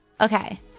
Okay